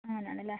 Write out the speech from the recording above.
അങ്ങനെയാണല്ലേ